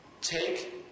take